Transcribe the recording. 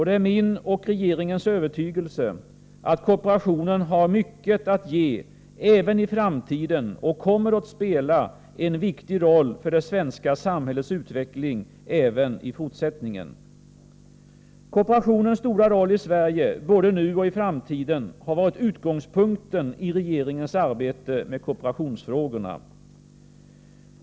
Det är min och regeringens övertygelse att kooperationen har mycket att ge även i framtiden och kommer att spela en viktig roll för det svenska samhällets utveckling också i fortsättningen. Kooperationens stora roll i Sverige, både nu och i framtiden, har varit utgångspunkten för regeringens arbete med kooperationsfrågorna.